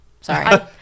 Sorry